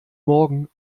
morgen